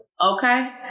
Okay